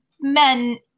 men